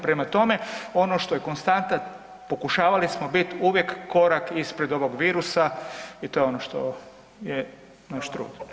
Prema tome, ono što je konstanta pokušavali smo bit uvijek korak ispred ovog virusa i to je ono što je naš trud.